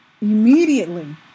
Immediately